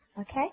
okay